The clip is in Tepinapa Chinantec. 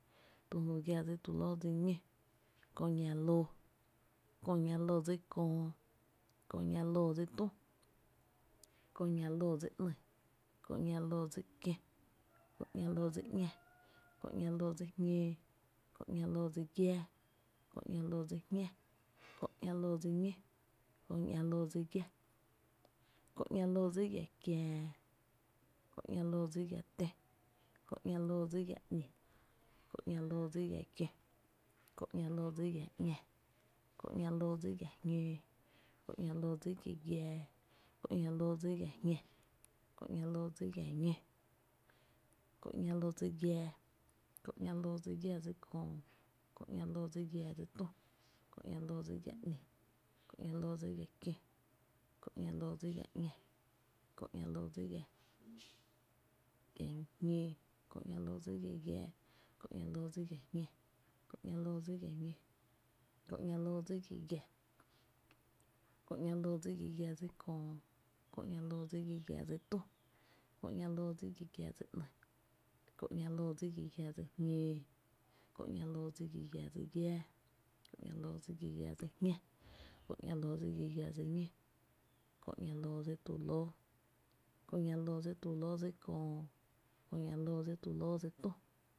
tü lu gia dsi tu lóó dsi ñó, kö ‘ña lóó, Kö ´ña loo dsi köö, Kö ´ña loo dsi tü, Kö ´ña loo dsi ‘ni, Kö ´ña loo dsi kió, Kö ´ña loo dsi ´ña, Kö ´ña loo dsi jñǿǿ, Kö ´ña loo dsi giⱥⱥ, Kö ´ña loo dsi jñá, Kö ´ña loo dsi ñó, Kö ´ña loo dsi giⱥ, Kö ´ña loo dsi giⱥ kiää, Kö ´ña loo dsi giⱥ tö, Kö ´ña loo dsi giⱥ ‘ni, Kö ´ña loo dsi giⱥ kió, Kö ´ña loo dsi giⱥ ‘ñá, Kö ´ña loo dsi giⱥ jñǿǿ, Kö ´ña loo dsi giⱥ, giⱥⱥ, Kö ´ña loo dsi giⱥ jñá, Kö ´ña loo dsi giⱥ ñó, Kö ´ña loo dsi giⱥⱥ, Kö ´ña loo dsi giⱥⱥ dsi köö, Kö ´ña loo dsi giⱥⱥ dsi tü, Kö ´ña loo dsi giⱥⱥ dsi ‘ni, Kö ´ña loo dsi giⱥⱥ dsi kió, Kö ´ña loo dsi giⱥⱥ dsi ‘ñá, ´ña loo dsi giⱥⱥ dsi jñoo,´ña loo dsi giⱥⱥ dsi giⱥá, Kö ´ña loo dsi giⱥⱥ dsi jñá, Kö ´ña loo dsi giⱥⱥ dsi ñó, Kö ´ña loo dsi gi giⱥ, Kö ´ña loo dsi gi giⱥ dsi köö, Kö ´ña loo dsi gi giⱥ dsi köö, Kö ´ña loo dsi gi giⱥ dsi tü, Kö ´ña loo dsi gi giⱥ dsi ‘ny, Kö ´ña loo dsi gi giⱥ dsi kió, Kö ´ña loo dsi gi giⱥ dsi ‘ña, Kö ´ña loo dsi gi giⱥ dsi jñóo, Kö ´ña loo dsi gi giⱥ dsi giⱥⱥ, Kö ´ña loo dsi gi giⱥ dsi jñá, Kö ´ña loo dsi gi giⱥ dsi ñó, Kö ´ña loo dsi tu lóó, Kö ´ña loo dsi tu lóó dsi köö, Kö ´ña loo dsi tu lóó dsi tü